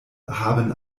haben